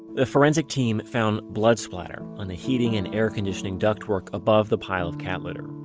the forensic team found blood splatter on the heating and air conditioning ductwork above the pile of cat litter.